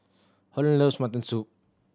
Holland loves mutton soup